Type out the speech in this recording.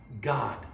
God